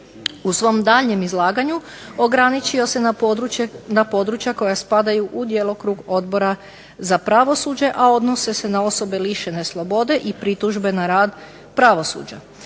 U svom daljnjem izlaganju ograničio se na područja koja spadaju u djelokrug odbora za pravosuđe a odnose se na osobe lišene slobode i pritužbe na rad pravosuđa.